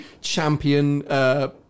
champion